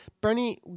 Bernie